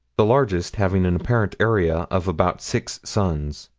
the largest having an apparent area of about six suns.